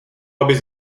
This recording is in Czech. abys